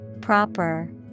Proper